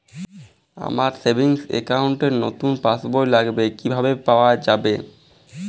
আমার savings account র নতুন পাসবই লাগবে কিভাবে পাওয়া যাবে?